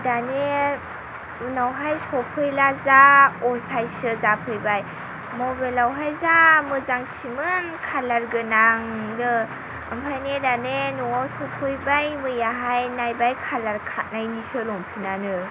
दानिया उनावहाय सफैब्ला जा असायससो जाफैबाय मबाइलावहाय जा मोजांसोमोन कालार गोनांनो ओमफ्राय दाना न'आव सौफैबाय मैयाहाय नायबाय कालार खारनायनिसो लंपेनानो